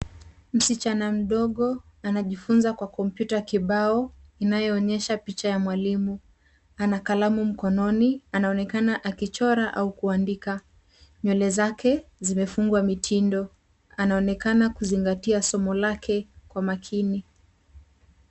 Msichana mdogo, anajifunza kwa kompyuta kibao, inayoonyesha picha ya mwalimu, ana kalamu mkononi, anaonekana akichora, au kuandika. Nywele zake zimefungwa mitindo, anaonekana kuzingatia somo lake, kwa makini.